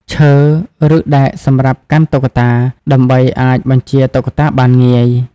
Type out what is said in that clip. ឈើ ឬដែកសម្រាប់កាន់តុក្កតា ដើម្បីអាចបញ្ជាតុក្កតាបានងាយ។